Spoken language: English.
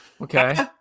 Okay